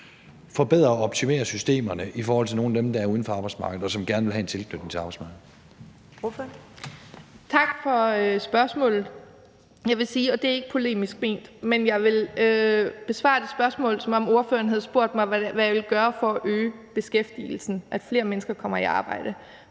forbedre og optimere systemerne i forhold til nogle af dem, der er uden for arbejdsmarkedet, og som gerne vil have en tilknytning til arbejdsmarkedet? Kl. 12:00 Første næstformand (Karen Ellemann): Ordføreren. Kl. 12:00 Lisbeth Bech-Nielsen (SF): Tak for spørgsmålet. Det er ikke polemisk ment, men jeg vil besvare det spørgsmål, som om ordføreren havde spurgt mig, hvad jeg ville gøre for at øge beskæftigelsen, for at flere mennesker kommer i arbejde,